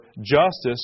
justice